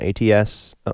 ATS